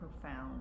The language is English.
profound